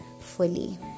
fully